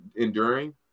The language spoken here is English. enduring